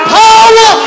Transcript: power